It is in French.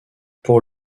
pour